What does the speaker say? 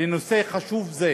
לנושא חשוב זה.